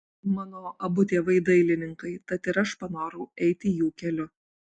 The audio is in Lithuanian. mano abu tėvai dailininkai tad ir aš panorau eiti jų keliu